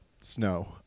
snow